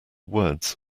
words